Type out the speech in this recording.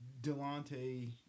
Delonte